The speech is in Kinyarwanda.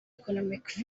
economic